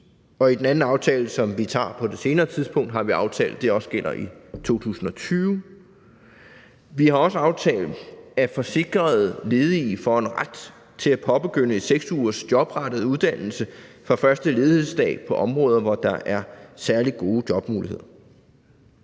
i den anden aftale, som vi tager på et senere tidspunkt, har vi aftalt, at det også gælder i 2020. Vi har også aftalt, at forsikrede ledige får en ret til at påbegynde en 6-ugers jobrettet uddannelse fra første ledighedsdag på områder, hvor der er særlig gode jobmuligheder.